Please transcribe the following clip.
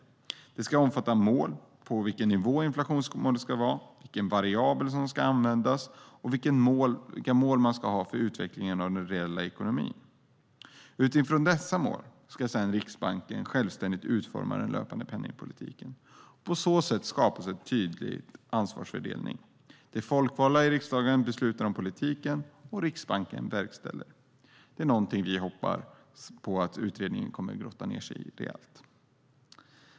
Detta ska omfatta målen, vilken nivå inflationsmålet ska ha, vilken variabel som ska användas och vilka mål man ska ha för utvecklingen av den reella ekonomin. Utifrån dessa mål ska sedan Riksbanken självständigt utforma den löpande penningpolitiken. På så sätt skapas en tydlig ansvarsfördelning: De folkvalda i riksdagen beslutar om politiken, och Riksbanken verkställer. Det är någonting vi hoppas att utredningen kommer att grotta ned sig rejält i.